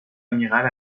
amiral